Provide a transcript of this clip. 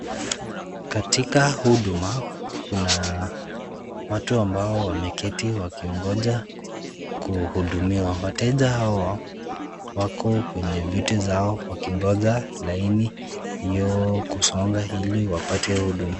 Katika huduma kuna watu ambao wameketi wakingoja kuhudumiwa. Wateja hawa wako kwenye viti vyao wakingoja laini hiyo kusonga ili wapate huduma.